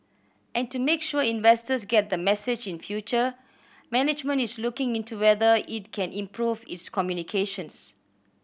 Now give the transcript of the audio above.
and to make sure investors get the message in future management is looking into whether it can improve its communications